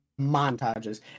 montages